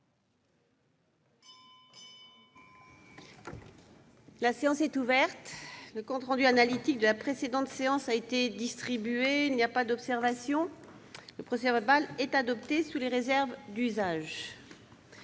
La séance est ouverte. Le compte rendu analytique de la précédente séance a été distribué. Il n'y a pas d'observation ?... Le procès-verbal est adopté sous les réserves d'usage.